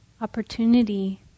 opportunity